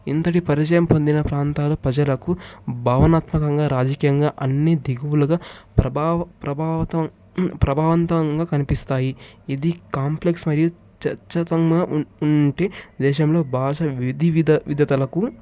ఇంతటి పరిచయం పొందిన ప్రాంతాల ప్రజలకు భావనాత్మకంగా రాజకీయంగా అన్నీ దిగువులుగా ప్రభావ్ ప్రభావితం ప్రభావంతంగా కనిపిస్తాయి ఇది కాంప్లెక్స్ మరియు చర్చ తమ ఉంటే దేశంలో భాష విధి విధేయలకు